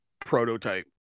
Prototype